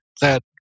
that